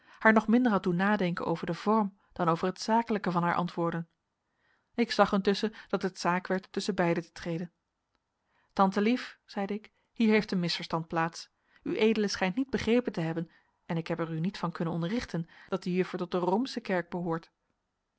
haar nog minder had doen nadenken over den vorm dan over het zakelijke van haar antwoorden ik zag intusschen dat het zaak werd tusschen beiden te treden tante lief zeide ik hier heeft een misverstand plaats ued schijnt niet begrepen te hebben en ik heb er u niet van kunnen onderrichten dat de juffer tot de roomsche kerk behoort